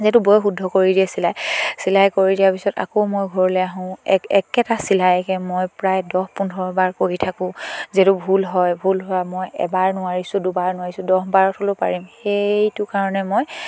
যিহেতু বৌয়ে শুদ্ধ কৰি দিয়ে চিলাই চিলাই কৰি দিয়াৰ পিছত আকৌ মই ঘৰলৈ আহোঁ এক একেটা চিলাইকে মই প্ৰায় দহ পোন্ধৰবাৰ কৰি থাকোঁ যিহেতু ভুল হয় ভুল হয় মই এবাৰ নোৱাৰিছোঁ দুবাৰ নোৱাৰিছোঁ দহ বাৰত হ'লেও পাৰিম সেইটো কাৰণে মই